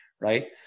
Right